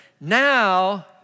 now